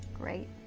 Great